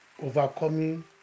Overcoming